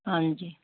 ਹਾਂਜੀ